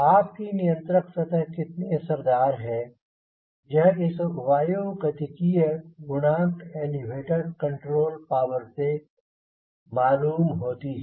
आपकी नियंत्रक सतह कितनी असरदार है यह इस वायुगतिकीय गुणांक एलीवेटर कंट्रोल पावर से मालूम होती है